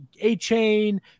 A-Chain